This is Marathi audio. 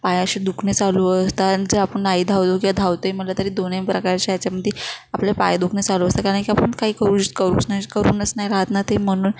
पायाचे दुखणे चालू असतात जर आपण नाही धावलो किंवा धावतो आहे म्हटलं तरी दोन्ही प्रकारच्या याच्यामध्ये आपले पाय दुखणे चालू असतात कारण की आपण काही करू करू नाही करूनच नाही राहत ना ते म्हणून